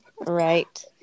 Right